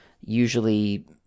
usually